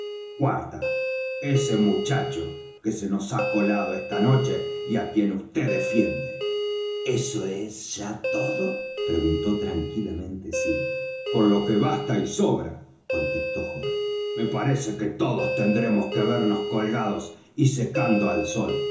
cuarta ese muchacho que se nos ha colado esta noche y á quien vd defiende eso es ya todo preguntó tranquilamente silver con lo que basta y sobra contestó jorge me parece que todos tendremos que vernos colgados y secando al sol